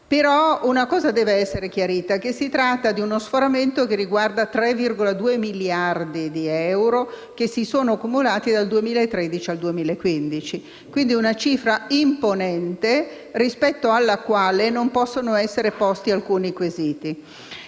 Una cosa deve però essere chiarita, ovvero che si tratta di uno sforamento che riguarda 3,2 miliardi di euro, che si sono accumulati dal 2013 al 2015. Si tratta quindi di una cifra imponente, rispetto alla quale non possono che essere posti alcuni quesiti.